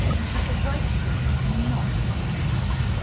and have the right friends and not the wrong ones.